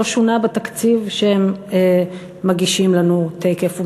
לא שוּנה בתקציב שהם מגישים לנו תכף ומייד.